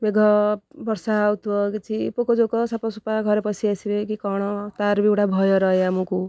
ମେଘ ବର୍ଷା ହେଉଥିବ କିଛି ପୋକ ଜୋକ ସାପ ସୁପା ଘରେ ପଶି ଆସିବେ କି କ'ଣ ତା'ର ବି ଗୁଡ଼ା ଭୟ ରହେ ଆମକୁ